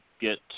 get